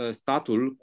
statul